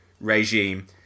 regime